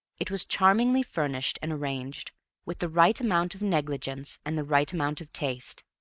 it was charmingly furnished and arranged with the right amount of negligence and the right amount of taste.